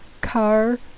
car